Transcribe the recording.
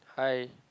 hi